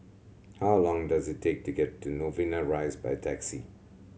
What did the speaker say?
how long does it take to get to Novena Rise by taxi